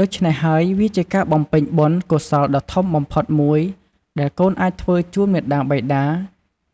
ដូច្នេះហើយ វាជាការបំពេញបុណ្យកុសលដ៏ធំបំផុតមួយដែលកូនអាចធ្វើជូនមាតាបិតា